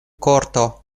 korto